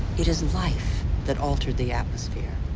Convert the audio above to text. it is life that altered the atmosphere.